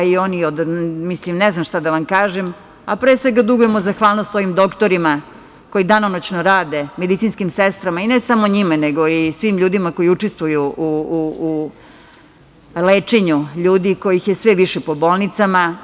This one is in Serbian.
Ne znam šta da kažem, ali pre svega dugujemo zahvalnost svojim doktorima koji danonoćno rade, medicinskim sestrama i ne samo njima, nego i svim ljudima koji učestvuju u lečenju ljudi kojih je sve više po bolnicama.